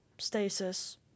stasis